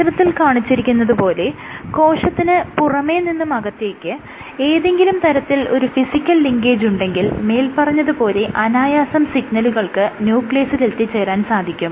ചിത്രത്തിൽ കാണിച്ചിരിക്കുന്നത് പോലെ കോശത്തിന് പുറമെ നിന്നും അകത്തേക്ക് ഏതെങ്കിലും തരത്തിൽ ഒരു ഫിസിക്കൽ ലിങ്കേജ് ഉണ്ടെങ്കിൽ മേല്പറഞ്ഞത് പോലെ അനായാസം സിഗ്നലുകൾക്ക് ന്യൂക്ലിയസിൽ എത്തിച്ചേരാൻ സാധിക്കും